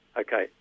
Okay